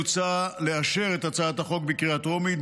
מוצע לאשר את הצעת החוק בקריאה טרומית,